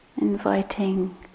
Inviting